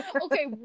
Okay